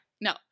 No